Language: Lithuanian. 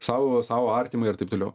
sau sau artimai ar taip toliau